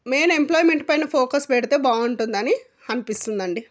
main employment పైన focus పెడితే బాగుంటుందని అనిపిస్తుందండి